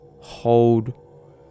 hold